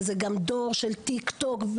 וזה דור של טיקטוק,